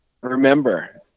remember